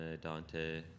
Dante